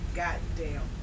goddamn